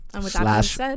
slash